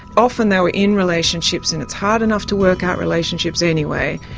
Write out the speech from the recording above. often they were in relationships, and it's hard enough to work out relationships anyway,